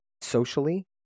socially